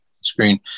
screen